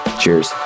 cheers